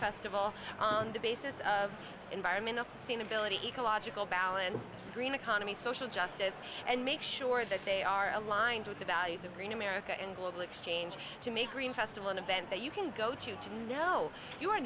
festival on the basis of environmental sustainability ecological balance green economy social justice and make sure that they are aligned with the values of green america and global exchange to make green festival an event that you can go to to know you are